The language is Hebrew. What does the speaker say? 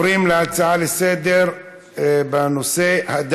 נעבור להצעה לסדר-היום מס' 8250,